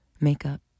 makeup